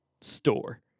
store